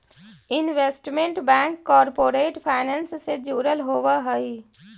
investment bank corporate finance से जुड़ल होवऽ हइ